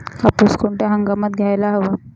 कापूस कोणत्या हंगामात घ्यायला हवा?